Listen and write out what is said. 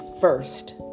first